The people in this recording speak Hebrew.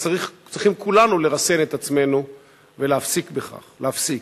וכולנו צריכים לרסן את עצמנו ולהפסיק בכך, להפסיק.